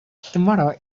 tomorrow